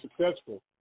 successful